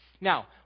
Now